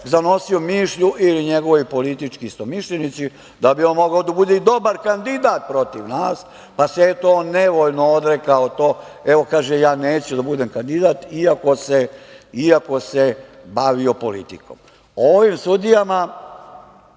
zanosio mišlju i njegovi politički istomišljenici da bi on mogao da bude i dobar kandidat protiv nas, pa se eto, nevoljno odrekao i kaže –evo, neću da budem kandidat iako se bavio politikom. Ovim sudijama